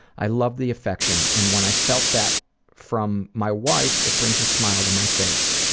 i loved the affection and when i felt that from my wife it brings a smile to my face.